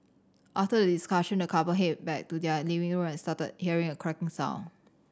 after the discussion the couple headed back to their living room and started hearing a cracking sound